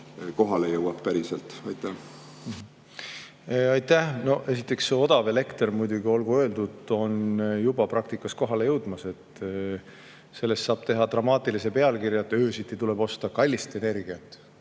kohale jõuab? Aitäh! Esiteks, see odav elekter muidugi, olgu öeldud, on juba praktikas kohale jõudmas. Sellest saab teha dramaatilise pealkirja "Öösiti tuleb osta kallist energiat"